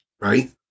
Right